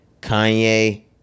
Kanye